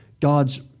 God's